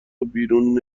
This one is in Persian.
بیرون